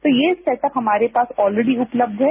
तो ये सेटअप हमारे पास ऑलरेडी उपलब्ध है